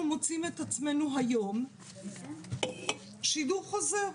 אנחנו מוצאים את עצמנו היום בשידור חוזר.